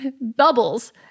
bubbles